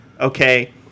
Okay